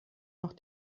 noch